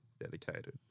dedicated